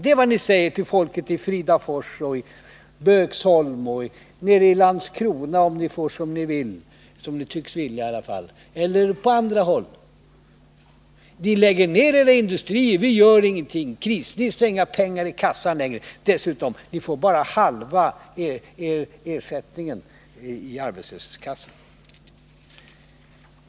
Det är vad ni säger till folket i Fridafors, Böksholm, Landskrona — om ni får som ni tycks vilja — och på andra håll. Ni säger: De lägger ned era industrier, och vi gör ingenting — Krisnisse har inga pengar i kassan längre. Dessutom får ni bara halva ersättningen från arbetslöshetskassan!